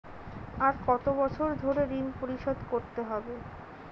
আর কত বছর ধরে ঋণ পরিশোধ করতে হবে?